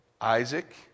isaac